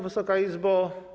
Wysoka Izbo!